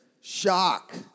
shock